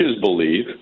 believe